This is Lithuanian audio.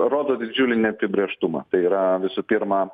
rodo didžiulį neapibrėžtumą tai yra visų pirma